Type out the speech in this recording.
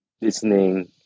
listening